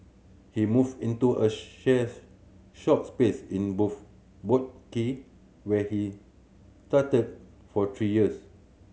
he moved into a shop space in Boat Quay where he stayed for three years